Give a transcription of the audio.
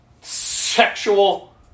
sexual